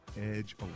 edge